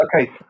okay